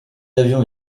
avions